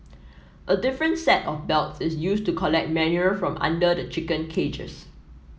a different set of belts is used to collect manure from under the chicken cages